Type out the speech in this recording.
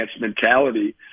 mentality